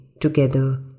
together